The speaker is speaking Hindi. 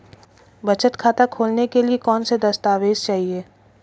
बचत खाता खोलने के लिए कौनसे दस्तावेज़ चाहिए?